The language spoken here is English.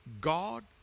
God